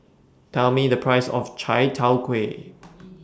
Tell Me The Price of Chai Tow Kuay